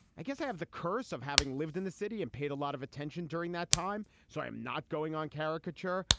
i guess i have the curse of having lived in the city and paid a lot of attention during that time. so i'm not going on caricature.